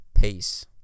Peace